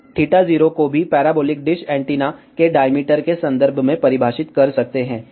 हम 0 को भी पैराबोलिक डिश एंटीना के डायमीटर के संदर्भ में परिभाषित कर सकते हैं